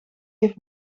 heeft